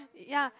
ya